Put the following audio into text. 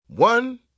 One